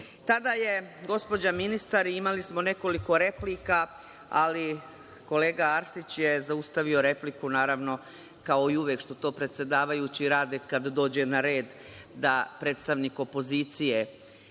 je gospođa ministar, imali smo nekoliko replika, ali kolega Arsić je zaustavio repliku naravno kao i uvek što to predsedavajući uvek rade kada dođu na red da predstavnik opozicije